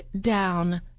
down